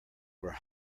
where